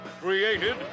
Created